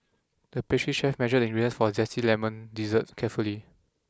the pastry chef measured the ingredients for a zesty lemon dessert carefully